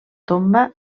tomba